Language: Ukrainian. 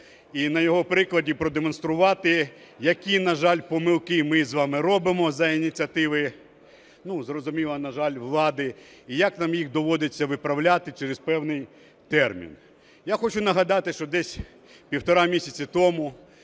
і на його прикладі продемонструвати, які, на жаль, помилки ми з вами робимо за ініціативи, зрозуміло, на жаль, влади, і як нам їх доводиться виправляти через певний термін. Я хочу нагадати, що десь півтора місяця тому